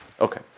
Okay